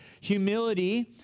humility